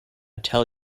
tell